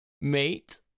mate